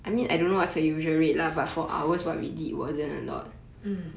mm